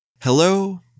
Hello